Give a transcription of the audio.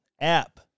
app